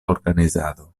organizado